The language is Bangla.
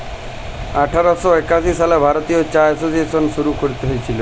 আঠার শ একাশি সালে ভারতীয় চা এসোসিয়েশল শুরু ক্যরা হঁইয়েছিল